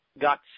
got